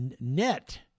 net